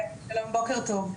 שלום, בוקר טוב.